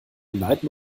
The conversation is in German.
leiden